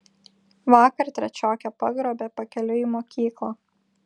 vakar trečiokę pagrobė pakeliui į mokyklą